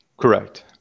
Correct